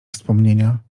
wspomnienia